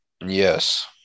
Yes